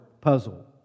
puzzle